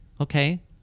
okay